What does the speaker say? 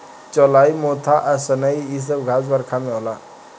चौलाई मोथा आ सनइ इ सब घास बरखा में होला